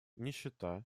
нищета